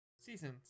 Seasons